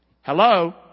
Hello